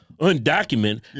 undocumented